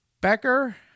becker